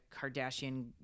Kardashian